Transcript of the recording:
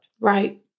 Right